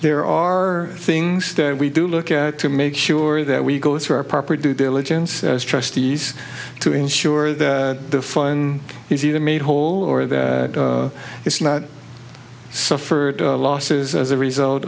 there are things that we do look at to make sure that we go through our proper due diligence trustees to ensure that the phone is either made whole or that it's not suffered losses as a result